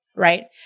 right